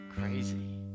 crazy